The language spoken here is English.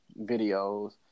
videos